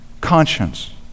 conscience